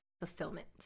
fulfillment